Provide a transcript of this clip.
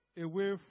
away